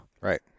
Right